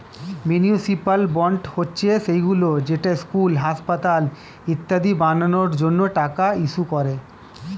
municipal bond হচ্ছে সেইগুলো যেটা স্কুল, হাসপাতাল ইত্যাদি বানানোর জন্য টাকা ইস্যু করে